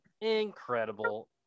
Incredible